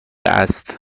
است